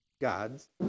gods